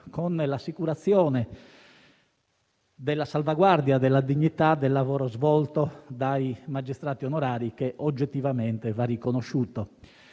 con l'assicurazione della salvaguardia della dignità del lavoro svolto dai magistrati onorari, che oggettivamente va riconosciuto.